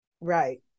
right